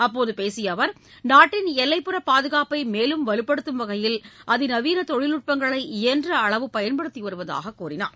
அப்போது பேசிய அவர் நாட்டின் எல்லைப்புற பாதுகாப்பை மேலும் வலுப்படுத்தும் வகையில் அதிநவீன தொழில்நுட்பங்களை இயன்ற அளவு பயன்படுத்தி வருவதாக கூறினார்